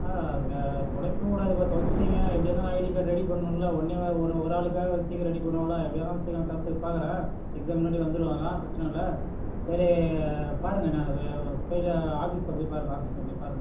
ஆ தொலைக்க கூடாதுப்பா தொலைச்சுட்டீங்க எப்படியா இருந்தாலும் ஐடி கார்ட் ரெடி பண்ணணுமில்ல ஒடனேவா ஒரு ஒரு ஆளுக்காக சீக்கிரம் ரெடி பண்ணுவாங்களா எப்படியா இருந்தாலும் சீக்கிரம் தர்றத்துக்கு பார்க்குறேன் எக்ஸாம் முன்னாடி வந்துடும் அதெல்லாம் பிரச்சனை இல்லை சரி பாருங்கள் நான் போய்ட்டு ஆஃபீஸில் போய் பாருங்கள் ஆஃபீஸில் போய் பாருங்கள்